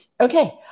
Okay